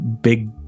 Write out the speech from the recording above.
big